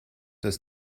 dass